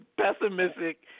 pessimistic